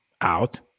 out